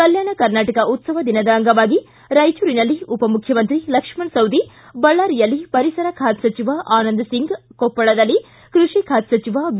ಕಲ್ಕಾಣ ಕರ್ನಾಟಕ ಉತ್ತವ ದಿನದ ಅಂಗವಾಗಿ ರಾಯಚೂರಿನಲ್ಲಿ ಉಪಮುಖ್ಯಮಂತ್ರಿ ಲಕ್ಷ್ಮಣ ಸವದಿ ಬಳ್ಳಾರಿಯಲ್ಲಿ ಪರಿಸರ ಖಾತೆ ಸಚಿವ ಆನಂದ್ ಸಿಂಗ್ ಕೊಪ್ಪಳದಲ್ಲಿ ಕೃಷಿ ಖಾತೆ ಸಚಿವ ಬಿ